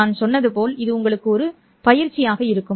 நான் சொன்னது போல் இது உங்களுக்கு ஒரு பயிற்சியாக இருக்கும்